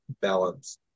balance